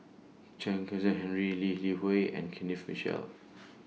Chen Kezhan Henri Lee Li Hui and Kenneth Mitchell